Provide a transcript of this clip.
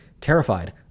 terrified